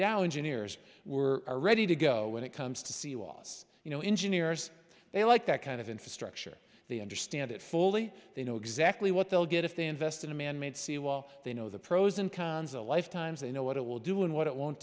dow engineers were ready to go when it comes to see a loss you know engineers they like that kind of infrastructure they understand it fully they know exactly what they'll get if they invest in a manmade seawall they know the pros and cons a lifetimes they know what it will do and what it won't